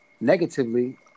negatively